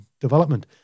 development